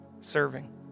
Serving